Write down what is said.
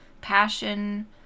Passion